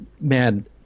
man